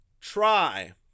try